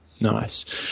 Nice